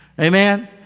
Amen